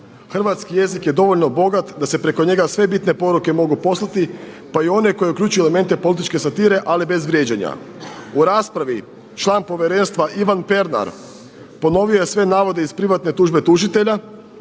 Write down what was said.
Hrvatski jezik je dovoljno bogat da se preko njega sve bitne poruke mogu poslati pa i one koje uključuju elemente političke satire ali bez vrijeđanja. U raspravi član povjerenstva Ivan Pernar ponovio je sve navode iz privatne tužbe tužitelja